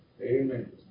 Amen